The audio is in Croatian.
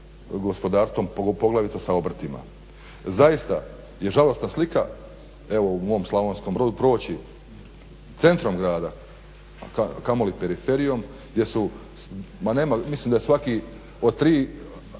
gospodarstvom, poglavito sa obrtima. Zaista je žalosna slika, evo u mom Slavonskom Brodu proći centrom grada, a kamoli periferijom gdje su, mislim da je svaki od tri